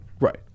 Right